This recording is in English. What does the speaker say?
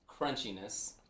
crunchiness